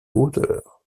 hauteur